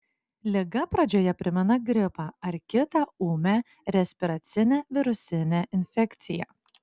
liga pradžioje primena gripą ar kitą ūmią respiracinę virusinę infekciją